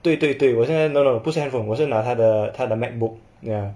对对对我现在 no no 不是 handphone 我是拿他的他的 macbook ya